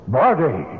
body